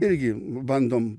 irgi bandom